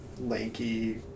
Lanky